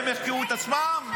הם יחקרו את עצמם?